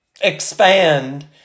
expand